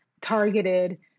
targeted